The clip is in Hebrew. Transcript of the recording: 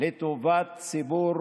לטובת ציבור